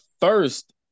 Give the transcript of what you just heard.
first